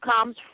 comes